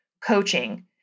coaching